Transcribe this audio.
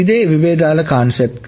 ఇదే విభేదాల కాన్సెప్ట్